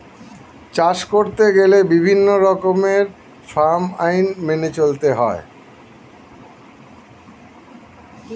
চাষ করতে গেলে বিভিন্ন রকমের ফার্ম আইন মেনে চলতে হয়